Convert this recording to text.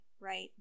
right